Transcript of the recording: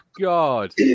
God